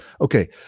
Okay